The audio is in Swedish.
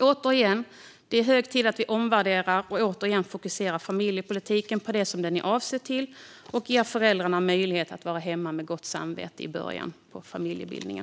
Återigen: Det är hög tid att vi omvärderar familjepolitiken och fokuserar den på det som den är avsedd för och ger föräldrarna möjlighet att vara hemma med gott samvete i början av familjebildningen.